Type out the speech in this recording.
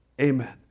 Amen